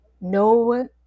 no